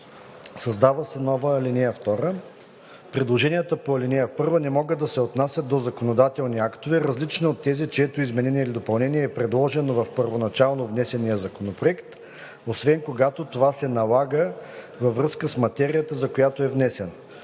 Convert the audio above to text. Създава се нова ал. 2: „(2) Предложенията по ал. 1 не могат да се отнасят до законодателни актове, различни от тези, чието изменение или допълнение е предложено в първоначално внесения Законопроект, освен когато това се налага във връзка с материята, за която е внесен.